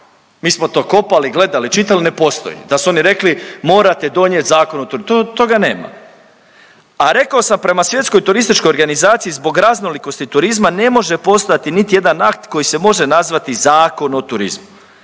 Mi smo to kopali, gledali, čitali, ne postoji. Da su oni rekli morate donijeti Zakon o turizmu, toga nema. A rekao sam prema Svjetskoj turističkoj organizaciji zbog raznolikosti turizma ne može postojati niti jedan akt koji se može nazvati Zakon o turizmu,